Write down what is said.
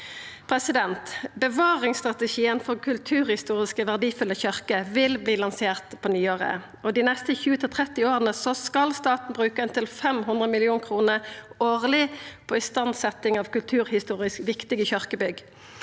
bemanning. Bevaringsstrategien for kulturhistorisk verdifulle kyrkjer vil verta lansert på nyåret. Dei neste 20–30 åra skal staten bruka inntil 500 mill. kr årleg på istandsetjing av kulturhistorisk viktige kyrkjebygg.